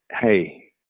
hey